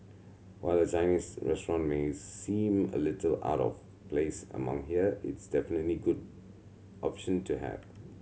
while a Chinese restaurant may seem a little out of place among here it's definitely good option to have